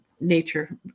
nature